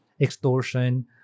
extortion